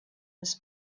his